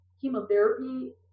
chemotherapy